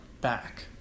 back